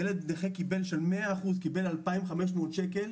ילד נכה של 100% קיבל 2,500 שקל,